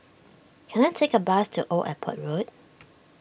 can I take a bus to Old Airport Road